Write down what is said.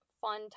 fun